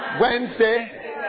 Wednesday